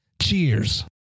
Cheers